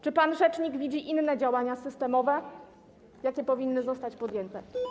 Czy pan rzecznik widzi inne działania systemowe, jakie powinny zostać podjęte?